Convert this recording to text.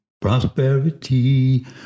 prosperity